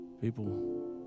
People